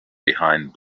behind